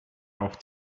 auch